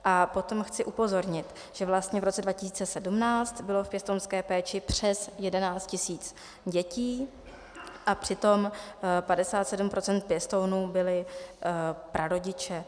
A potom chci upozornit, že vlastně v roce 2017 bylo v pěstounské péči přes 11 tisíc dětí a přitom 57 % pěstounů byli prarodiče.